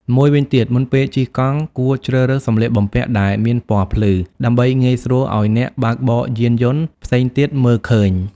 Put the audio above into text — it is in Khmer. មួយវិញទៀត មុនពេលជិះកង់គួរជ្រើសរើសសម្លៀកបំពាក់ដែលមានពណ៌ភ្លឺ ដើម្បីងាយស្រួលឱ្យអ្នកបើកបរយានយន្តផ្សេងទៀតមើលឃើញ។